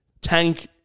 tank